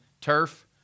turf